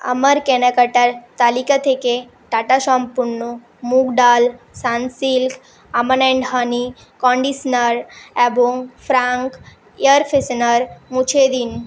আমার কেনাকাটার তালিকা থেকে টাটা সম্পন্ন মুগ ডাল Sunsilk almond and honey conditioner এবং ফ্র্যাঙ্ক এয়ার ফ্রেশনার মুছে দিন